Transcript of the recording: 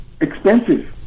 expensive